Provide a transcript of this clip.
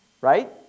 right